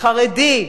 החרדי,